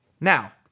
Now